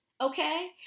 Okay